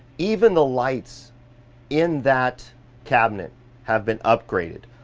even the lights in that cabinet have been upgraded.